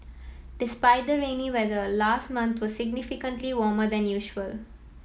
despite the rainy weather last month was significantly warmer than usual